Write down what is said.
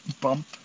bump